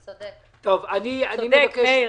אתה צודק, מאיר.